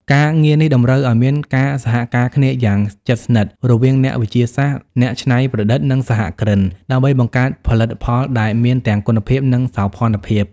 ការងារនេះតម្រូវឱ្យមានការសហការគ្នាយ៉ាងជិតស្និទ្ធរវាងអ្នកវិទ្យាសាស្ត្រ អ្នកច្នៃប្រឌិត និងសហគ្រិន ដើម្បីបង្កើតផលិតផលដែលមានទាំងគុណភាព និងសោភ័ណភាព។